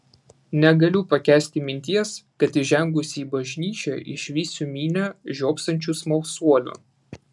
negaliu pakęsti minties kad įžengusi į bažnyčią išvysiu minią žiopsančių smalsuolių